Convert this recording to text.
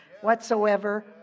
whatsoever